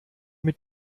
mit